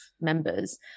members